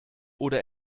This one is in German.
oder